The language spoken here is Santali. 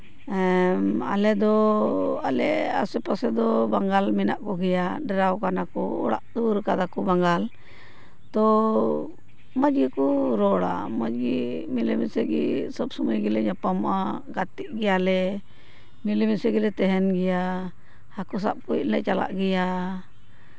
ᱦᱮᱸ ᱟᱞᱮ ᱫᱚ ᱟᱞᱮ ᱟᱥᱮ ᱯᱟᱥᱮ ᱫᱚ ᱵᱟᱝᱜᱟᱞ ᱢᱮᱱᱟᱜ ᱠᱚᱜᱮᱭᱟ ᱰᱮᱨᱟᱣ ᱠᱟᱱᱟ ᱠᱚ ᱚᱲᱟᱜ ᱫᱩᱣᱟᱹᱨ ᱠᱟᱫᱟ ᱠᱚ ᱵᱟᱝᱜᱟᱞ ᱛᱚ ᱢᱚᱡᱽ ᱜᱮᱠᱚ ᱨᱚᱲᱟ ᱢᱚᱡᱽ ᱜᱮ ᱢᱤᱞᱮ ᱢᱤᱥᱮ ᱜᱮ ᱥᱚᱵᱽ ᱥᱚᱢᱚᱭ ᱜᱮᱞᱮ ᱧᱟᱯᱟᱢᱚᱜᱼᱟ ᱜᱟᱛᱮᱜ ᱜᱮᱭᱟᱞᱮ ᱢᱤᱞᱮᱢᱤᱥᱮ ᱜᱮᱞᱮ ᱛᱟᱦᱮᱱ ᱜᱮᱭᱟ ᱦᱟᱹᱠᱩ ᱥᱟᱵ ᱠᱚᱞᱮ ᱪᱟᱞᱟᱜ ᱜᱮᱭᱟ